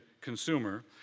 consumer